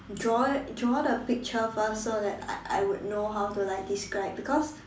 draw draw the picture first so that I I would know how to like describe because